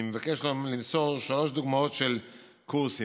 אני מבקש למסור שלוש דוגמאות של קורסים: